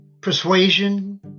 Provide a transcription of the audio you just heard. persuasion